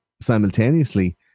simultaneously